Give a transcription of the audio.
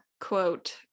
Quote